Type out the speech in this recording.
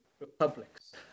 Republics